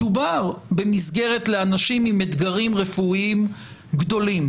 מדובר במסגרת לאנשים עם אתגרים רפואיים גדולים.